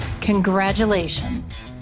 Congratulations